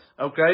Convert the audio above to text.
Okay